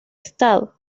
estado